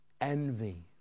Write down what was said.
Envy